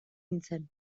nintzen